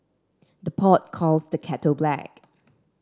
the pot calls the kettle black